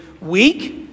weak